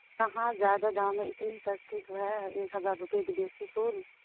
کہاں زیادہ دام ہے اتنی سستی تو ہے ایک ہزار روپئے بدیسی پھول